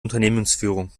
unternehmensführung